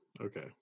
okay